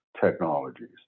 technologies